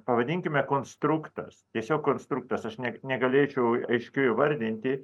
pavadinkime konstruktas tiesiog konstruktas aš ne negalėčiau aiškiau įvardinti